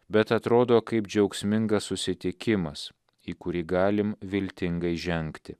bet atrodo kaip džiaugsmingas susitikimas į kurį galim viltingai žengti